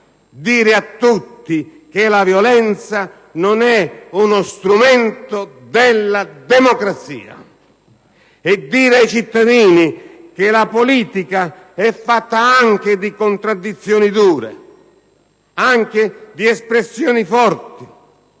dire a tutti che la violenza non è uno strumento della democrazia e dire ai cittadini che la politica è fatta anche di contraddizioni dure, anche di espressioni forti,